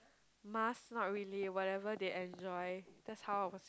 must not really whatever they enjoy that's how I was